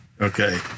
Okay